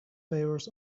favours